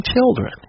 children